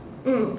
mm